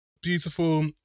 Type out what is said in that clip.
Beautiful